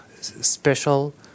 special